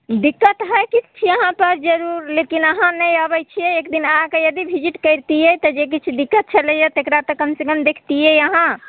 दिक्कत हइ किछु यहाँपर जरूर लेकिन अहाँ नहि अबै छिए एक दिन अहाँके यदि विजिट करतिए तऽ जे किछु दिक्कत छलैए तकरा तऽ कमसँ कम देखतिए अहाँ